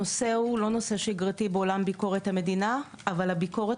הנושא הוא לא נושא שגרתי בעולם ביקורת המדינה אבל הביקורת